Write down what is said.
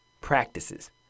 practices